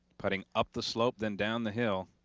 putting up the slope, then down the hill.